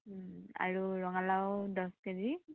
আৰু ৰঙালাউ দহ কেজি